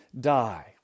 die